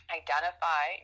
identify